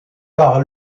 par